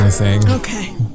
Okay